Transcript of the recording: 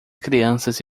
crianças